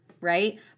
right